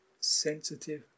sensitive